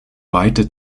weite